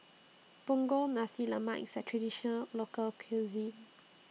Punggol Nasi Lemak IS A Traditional Local Cuisine